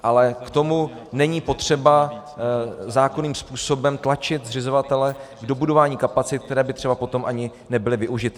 Ale k tomu není potřeba zákonným způsobem tlačit zřizovatele k dobudování kapacit, které by třeba potom ani nebyly využity.